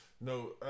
No